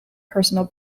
personal